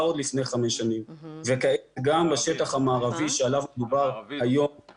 עוד לפני חמש שנים וכעת גם בשטח המערבי שעליו דובר היום,